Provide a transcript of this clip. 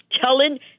telling